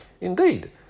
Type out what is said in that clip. Indeed